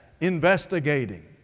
investigating